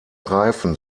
reifen